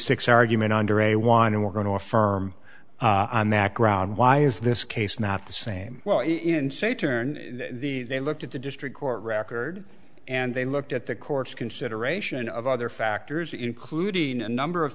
six argument under a one and we're going to affirm on that ground why is this case not the same in say turn the they looked at the district court record and they looked at the court's consideration of other factors including a number of